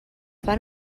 fan